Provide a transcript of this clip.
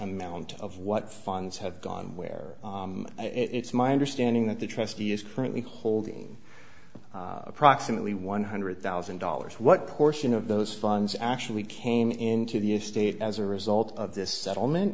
amount of what funds have gone where it's my understanding that the trustee is currently holding approximately one hundred thousand dollars what portion of those funds actually came into the estate as a result of this settlement